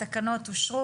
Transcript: התקנות אושרו.